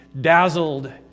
dazzled